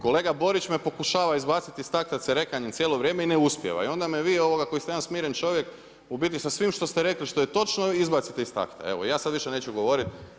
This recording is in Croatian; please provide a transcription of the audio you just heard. Kolega Borić me pokušava izbaciti iz takta cerekanjem cijelo vrijeme i ne uspijeva i onda me vi koji sam ja smiren čovjek u biti sa svim što ste rekli što je točno izbacite iz takta, evo ja sada više neću govoriti.